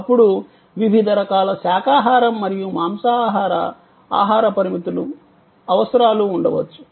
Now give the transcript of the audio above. అప్పుడు వివిధ రకాల శాఖాహారం మరియు మాంసాహార ఆహార పరిమితులు అవసరాలు ఉండవచ్చు